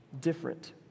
different